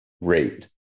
rate